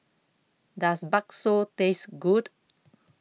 Does Bakso Taste Good